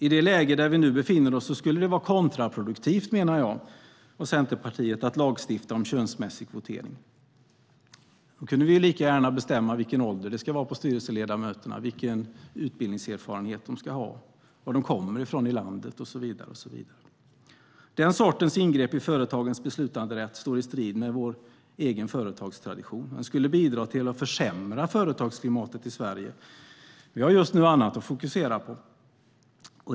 I det läge där vi nu befinner oss skulle det vara kontraproduktivt, menar jag och Centerpartiet, att lagstifta om könsmässig kvotering. Då kunde vi lika gärna också bestämma vilken ålder det ska vara på styrelseledamöterna, vilken utbildning och erfarenhet de ska ha, varifrån i landet de kommer och så vidare. Den sortens ingrepp i företagens beslutanderätt står i strid med vår företagstradition och skulle bidra till att försämra företagsklimatet i Sverige. Vi har just nu annat att fokusera på.